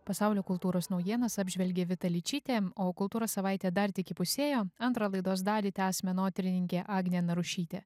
pasaulio kultūros naujienas apžvelgė vita ličytė o kultūros savaitė dar tik įpusėjo antrą laidos dalį tęs menotyrininkė agnė narušytė